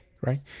right